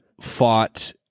fought